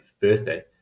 birthday